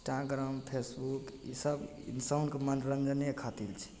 Instagram Facebook ईसब इन्सानके मनोरञ्जने खातिर छै